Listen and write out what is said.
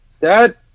Dad